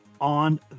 on